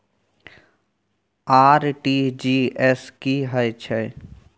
RTG S की है छै?